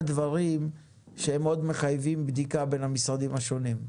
דברים שעוד מחייבים בדיקה בין המשרדים השונים.